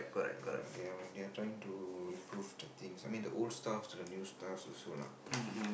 ya they are they are trying to improve the things I mean the old stuff to the new stuff also lah